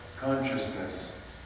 Consciousness